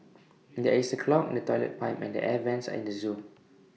there is A clog in the Toilet Pipe and the air Vents at the Zoo